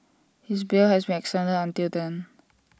his bail has been extended until then